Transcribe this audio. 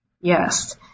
Yes